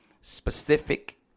specific